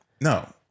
no